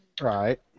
Right